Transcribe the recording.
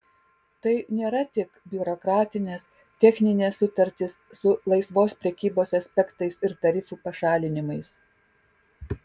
tai nėra tik biurokratinės techninės sutartys su laisvos prekybos aspektais ir tarifų pašalinimais